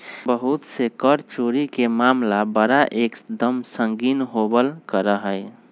बहुत से कर चोरी के मामला बड़ा एक दम संगीन होवल करा हई